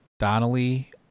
donnelly